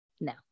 No